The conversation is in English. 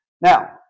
Now